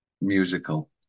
musical